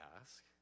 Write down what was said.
ask